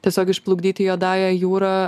tiesiog išplukdyti juodąja jūra